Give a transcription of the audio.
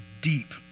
deep